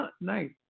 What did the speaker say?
Nice